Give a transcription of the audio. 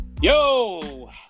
Yo